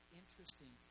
interesting